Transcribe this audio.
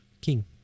King